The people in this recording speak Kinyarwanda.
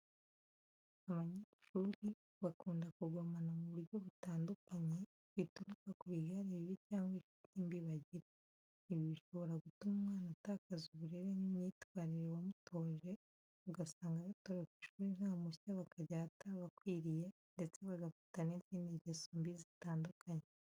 Abanyeshuri, bakunda kugomana mu buryo butandukanye, bituruka ku bigare bibi cyangwa inshuti mbi bagira. Ibi bishobora gutuma umwana atakaza uburere n’imyitwarire wamutoje, ugasanga batoroka ishuri nta mpushya bakajya ahatabakwiriye, ndetse bagafata n’izindi ngeso mbi zitandukanye.